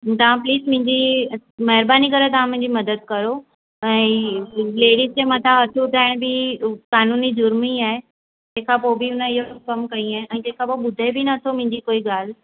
तां प्लीस मुंहिंजी महिरबानी करे तव्हां मुंहिंजी मदद कयो ऐं ई लेडिस जे मथां हथु उठाइणु बि कानूनी जुर्म ई आहे तंहिं खां पोइ हुन इहो कमु कई आहे ऐं तंहिं खां पोइ ॿुधे बि नथो मुंहिंजी कोई ॻाल्हि